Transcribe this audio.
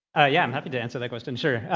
yeah i'm happy to answer that question. sure.